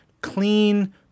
clean